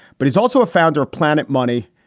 but he's also a founder of planet money,